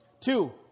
Two